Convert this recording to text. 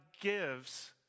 gives